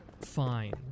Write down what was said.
Fine